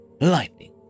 Lightning